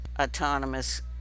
autonomous